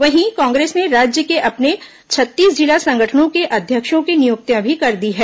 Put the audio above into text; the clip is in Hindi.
वहीं कांग्रेस ने राज्य के अपने छत्तीस जिला संगठनों के अध्यक्षों की नियुक्तियां भी कर दी हैं